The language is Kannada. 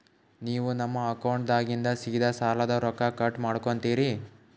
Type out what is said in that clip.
ನೀವು ನಮ್ಮ ಅಕೌಂಟದಾಗಿಂದ ಸೀದಾ ಸಾಲದ ರೊಕ್ಕ ಕಟ್ ಮಾಡ್ಕೋತೀರಿ?